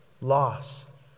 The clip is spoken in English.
loss